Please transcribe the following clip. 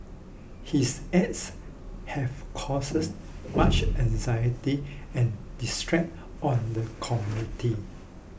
his acts have causes much anxiety and distress on the community